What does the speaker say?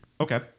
Okay